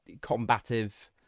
combative